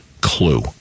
Clue